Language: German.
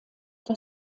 der